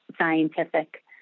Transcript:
scientific